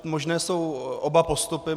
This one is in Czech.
Možné jsou oba postupy.